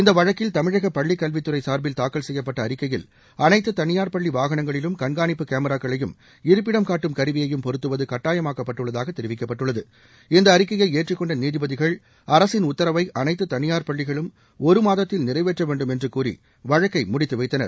இந்த வழக்கில் தமிழக பள்ளி கல்வித் துறை சார்பில் தாக்கல் செய்யப்பட்ட அறிக்கையில் அளைத்து தனியார் பள்ளி வாகனங்களிலும் கண்காணிப்புக் கேமிராக்களையும் இருப்பிடம் காட்டும் கருவியையும் பொருத்துவது கட்டாயமாக்கப்பட்டுள்ளதாக தெரிவிக்கப்பட்டுள்ளது இந்த அறிக்கையை ஏற்றுக்கொண்ட நீதிபதிகள் அரசின் உத்தரவை அனைத்து தனியார் பள்ளிகளும் ஒரு மாதத்தில் நிறைவேற்ற வேண்டும் என்று கூறி வழக்கை முடித்து வைத்தனர்